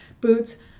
boots